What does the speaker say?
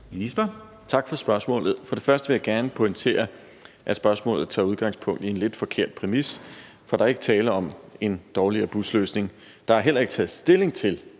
Tak for spørgsmålet. For det første vil jeg gerne pointere, at spørgsmålet tager udgangspunkt i en lidt forkert præmis, for der er ikke tale om en dårligere busløsning. Der er heller ikke taget stilling til,